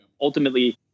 ultimately